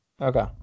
Okay